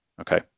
okay